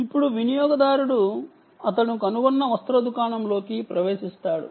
ఇప్పుడు వినియోగదారుడు అతను కనుగొన్న వస్త్ర దుకాణంలోకి ప్రవేశిస్తాడు